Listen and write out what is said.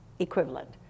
Equivalent